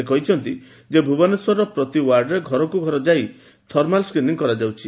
ସେ କହିଛନ୍ତି ଯେ ଭୁବନେଶ୍ୱରର ପ୍ରତି ୱାର୍ଡରେ ଘରକୁ ଘର ଯାଇ ଥର୍ମାଲ୍ ସ୍କ୍ରିନିଂ କରାଯାଉଛି